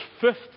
fifth